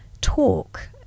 talk